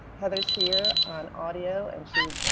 heather is here on audio and she,